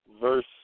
verse